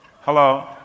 hello